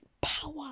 power